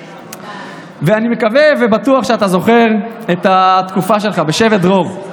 ואני מקווה ובטוח שאתה זוכר את התקופה שלך בשבט דרור,